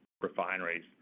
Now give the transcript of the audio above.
refineries